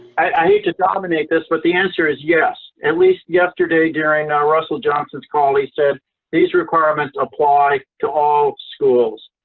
i hate to dominate this, but the answer is yes. at least yesterday during russell johnston's call, he said these requirements apply to all schools.